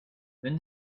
when